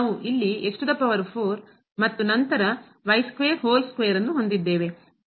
ನಾವು ಇಲ್ಲಿ ಮತ್ತು ನಂತರ ಹೋಲ್ ಸ್ಕ್ವೇರ್ ನ್ನು ಹೊಂದಿದ್ದೇವೆ